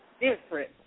different